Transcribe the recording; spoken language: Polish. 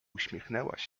uśmiechnęłaś